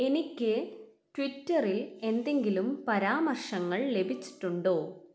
എനിക്ക് ട്വിറ്ററിൽ എന്തെങ്കിലും പരാമർശങ്ങൾ ലഭിച്ചിട്ടുണ്ടോ